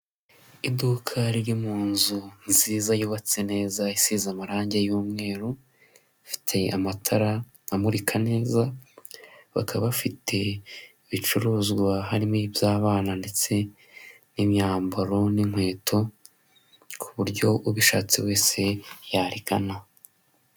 Iduka riri mu nzu nziza yubatse neza isize amarangi y'umweru, ifite amatara amurika neza, bakaba bafite ibicuruzwa harimo iby'abana ndetse n'imyambaro n'inkweto, ku buryo ubishatse wese yarigana.